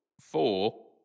four